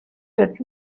that